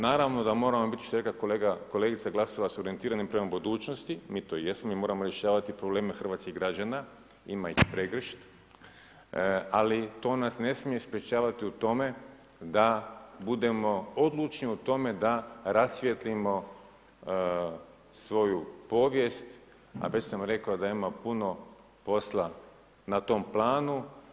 Naravno da moramo biti, što je rekla kolegica Glasovac, orijentirani prema budućnosti, mi to jesmo i moramo rješavati probleme hrvatskih građana, ima ih pregršt, ali to nas ne smije sprječavati u tome da budemo odlučni u tome da rasvijetlimo svoju povijest a već sam rekao da ima puno posla na tom planu.